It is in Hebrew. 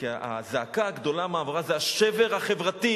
כי הזעקה הגדולה והמרה זה השבר החברתי,